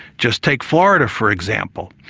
just take florida, for example.